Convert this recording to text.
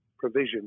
provision